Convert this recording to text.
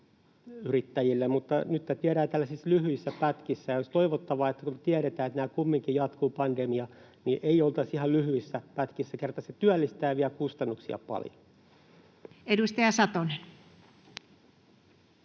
yrittäjille. Mutta nyt tätä viedään tällaisissa lyhyissä pätkissä ja olisi toivottavaa, että kun me tiedetään, että tämä pandemia kumminkin jatkuu, niin ei oltaisi ihan lyhyissä pätkissä, kerta se työllistää ja vie kustannuksia paljon. [Speech